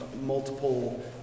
multiple